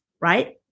right